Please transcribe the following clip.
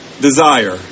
desire